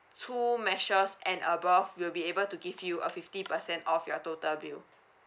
two mashes and above we'll be able to give you a fifty percent off your total bill